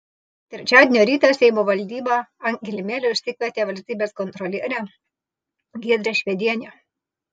trečiadienio rytą seimo valdyba ant kilimėlio išsikvietė valstybės kontrolierę giedrę švedienę